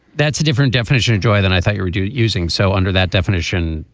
that's a different definition of joy than i thought you would do using so under that definition.